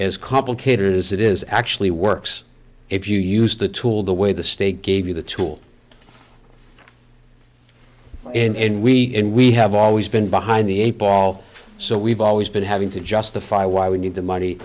as complicated as it is actually works if you use the tool the way the state gave you the tool and we and we have always been behind the eight ball so we've always been having to justify why we need the money